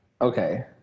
Okay